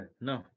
no